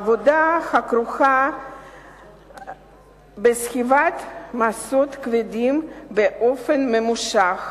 עבודה הכרוכה בסחיבת משאות כבדים באופן ממושך,